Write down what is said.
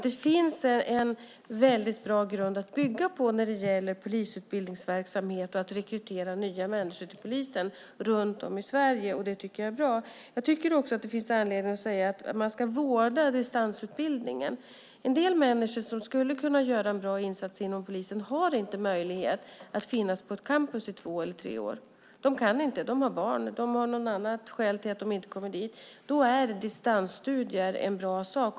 Det finns en bra grund att bygga på när det gäller polisutbildningsverksamhet och att rekrytera nya människor till polisen runt om i Sverige. Det tycker jag är bra. Jag tycker också att det finns anledning att säga att man ska vårda distansutbildningen. En del människor som skulle kunna göra en bra insats inom polisen har inte möjlighet att finnas på ett campus i två eller tre år. De kan inte det. De har barn, eller så har de något annat skäl till att de inte kan komma dit. Då är distansstudier en bra sak.